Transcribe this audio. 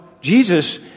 Jesus